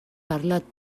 parlat